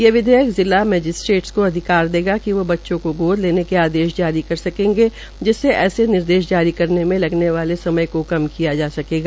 यह विधेयक जिला मैजिस्ट्रेटस का अधिकार देगा कि वो बच्चों को गोद लेने के आदेश जारी सर्केगे जिससे ऐसे निर्देश जारी करने में लगने वाले समय को कम किया जा सकेगा